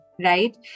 right